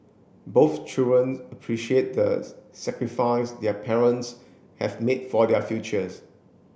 both children appreciate the sacrifice their parents have made for their futures